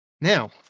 Now